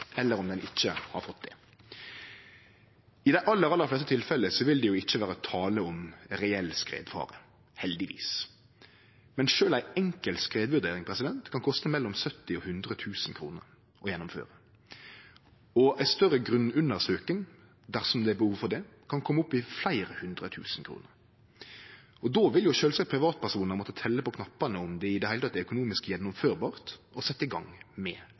eller om han ikkje har fått det. I dei aller fleste tilfella vil det ikkje vere tale om reell skredfare, heldigvis. Men sjølv ei enkel skredvurdering kan koste mellom 70 000 og 100 000 kroner å gjennomføre. Ei større grunnundersøking dersom det er behov for det, kan kome opp i fleire hundretusen kroner. Då vil sjølvsagt privatpersonar måtte telje på knappane og sjå om det i heile teke er økonomisk gjennomførbart å setje i gang med